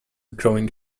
growing